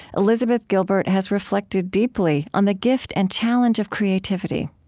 elizabeth gilbert has reflected deeply on the gift and challenge of creativity.